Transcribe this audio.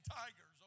tigers